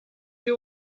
you